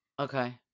Okay